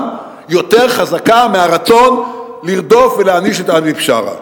יותר חזק מהרצון לרדוף ולהעניש את עזמי בשארה.